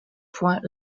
points